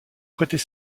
prêtait